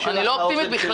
לא, אני לא אופטימית בכלל,